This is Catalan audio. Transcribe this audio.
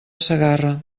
segarra